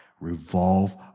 revolve